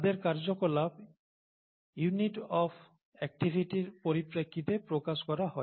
তাদের কার্যকলাপ unit of অ্যাক্টিভিটির পরিপ্রেক্ষিতে প্রকাশ করা হয়